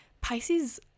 Pisces